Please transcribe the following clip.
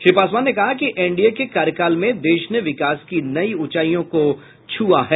श्री पासवान ने कहा कि एनडीए के कार्यकाल में देश ने विकास की नई ऊंचाईयों को छूआ है